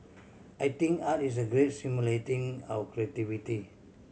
I think art is a great stimulating our creativity